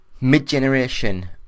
mid-generation